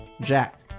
jack